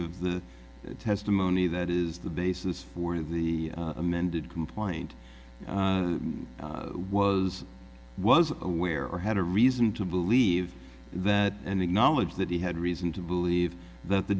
of the testimony that is the basis for the amended complaint was was aware or had a reason to believe that and acknowledge that he had reason to believe that the